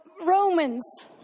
Romans